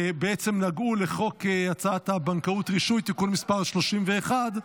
בעצם נגעו להצעת חוק הבנקאות (רישוי) (תיקון מס' 31),